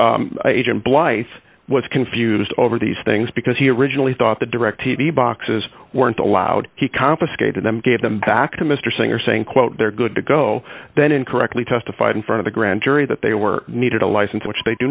distance agent glycine was confused over these things because he originally thought the direct t v boxes weren't allowed he confiscated them gave them back to mr singer saying quote they're good to go then incorrectly testified in front of a grand jury that they were needed a license which they do